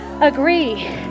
agree